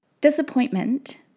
Disappointment